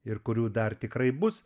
ir kurių dar tikrai bus